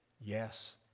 Yes